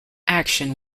action